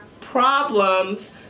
problems